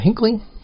Hinkley